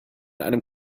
einem